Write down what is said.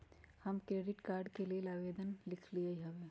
हम credit card के लेल आवेदन लिखली हबे